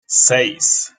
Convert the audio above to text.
seis